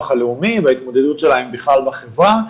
הלאומי וההתמודדות שלהם בכלל בחברה.